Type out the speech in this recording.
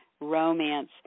romance